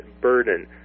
burden